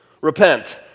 Repent